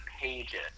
pages